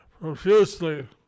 profusely